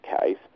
case